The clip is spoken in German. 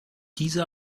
diese